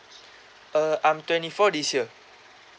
uh I'm twenty four this year